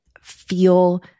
feel